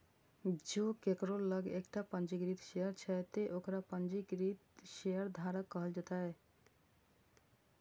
जों केकरो लग एकटा पंजीकृत शेयर छै, ते ओकरा पंजीकृत शेयरधारक कहल जेतै